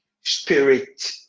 spirit